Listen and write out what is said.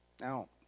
Now